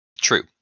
True